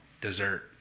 dessert